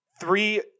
three